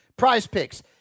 Prizepicks